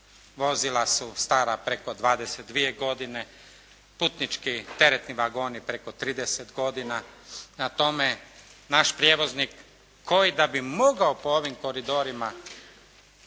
vozila su stara preko 22 godine, putnički teretni vagoni preko 30 godina, prema tome naš prijevoznik koji da bi mogao po ovim koridorima